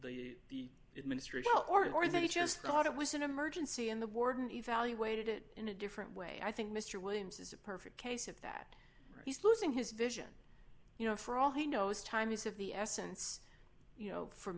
around the administration or they just thought it was an emergency in the warden evaluated it in a different way i think mr williams is a perfect case of that he's losing his vision you know for all he knows time is of the essence you know for